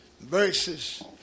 Verses